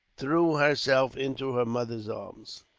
threw herself into her mother's arms.